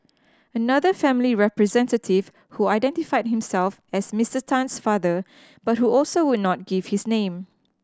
another family representative who identified himself as Mister Tan's father but who also would not give his name